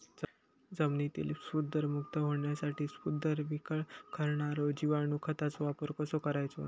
जमिनीतील स्फुदरमुक्त होऊसाठीक स्फुदर वीरघळनारो जिवाणू खताचो वापर कसो करायचो?